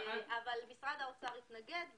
אבל משרד האוצר התנגד.